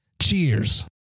Cheers